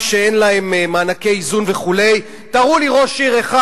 כשאין להן מענקי איזון וכו' תראו לי ראש עיר אחד